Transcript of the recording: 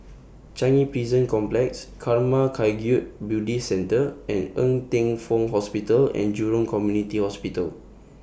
Changi Prison Complex Karma Kagyud Buddhist Centre and Ng Teng Fong Hospital and Jurong Community Hospital